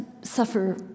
suffer